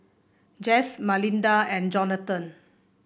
Jesse Malinda and Jonatan